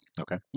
Okay